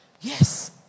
Yes